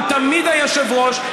הוא תמיד היושב-ראש,